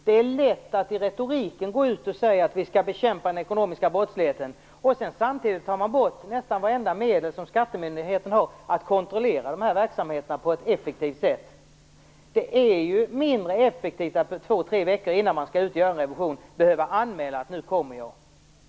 Det är lätt att i retoriken säga att vi skall bekämpa den ekonomiska brottsligheten, men samtidigt tar man ju bort nästan vartenda medel som skattemyndigheten har för att kontrollera sådan verksamhet på ett effektivt sätt. Det är ju mindre effektivt om man två, tre veckor innan man skall göra en revision skall behöva anmäla att man skall komma.